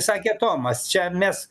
sakė tomas čia mes